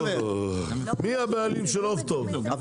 מי הבעלים של עוף טוב?